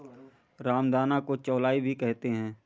रामदाना को चौलाई भी कहते हैं